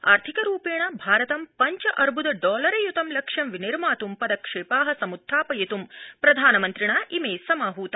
आर्थिकरूपेण भारतं पञ्च अर्बुद डॉलर युतं लक्ष्यं विनिर्मातुं पदक्षेपा समृत्थापयित्म् प्रधानमन्त्रिणा इमे समाहता